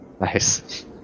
Nice